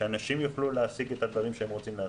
שאנשים יוכלו להשיג את הדברים שהם רוצים להשיג.